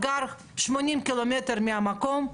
גר 80 קילומטר מהמקום,